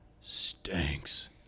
stinks